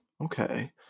Okay